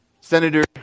Senator